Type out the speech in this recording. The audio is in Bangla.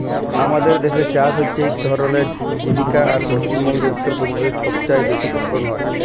আমাদের দ্যাসে চাষ হছে ইক পধাল জীবিকা আর পশ্চিম বঙ্গে, উত্তর পদেশে ছবচাঁয়ে বেশি ফলল হ্যয়